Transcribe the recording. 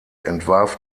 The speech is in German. entwarf